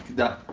that